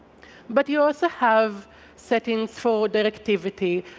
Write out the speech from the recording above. but you also have settings for direct activity,